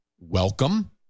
welcome